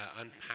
unpack